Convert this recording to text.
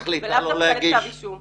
לאו דווקא לצורך כתב אישום.